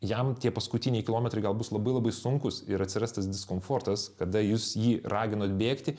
jam tie paskutiniai kilometrai gal bus labai labai sunkūs ir atsiras tas diskomfortas kada jūs jį raginot bėgti